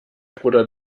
bruder